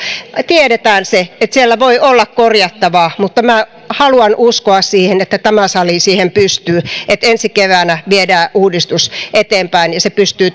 tiedetään se että siellä voi olla korjattavaa mutta minä haluan uskoa siihen että tämä sali siihen pystyy että ensi keväänä viedään uudistus eteenpäin ja se pystyy